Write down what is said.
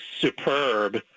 superb